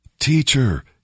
Teacher